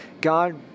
God